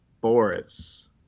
Boris